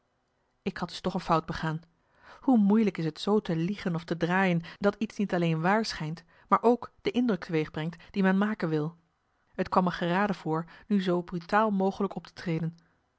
ik had dus toch een fout begaan hoe moeilijk is t zoo te liegen of te draaien dat iets niet alleen waar schijnt maar ook de indruk teweegbrengt die men maken wil het kwam me geraden voor nu zoo brutaal mogelijk op te treden